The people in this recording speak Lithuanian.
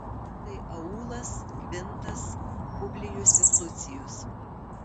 tai aulas kvintas publijus ir lucijus